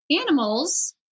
animals